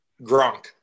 Gronk